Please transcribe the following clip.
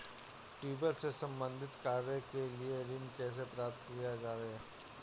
Tubewell से संबंधित कार्य के लिए ऋण कैसे प्राप्त किया जाए?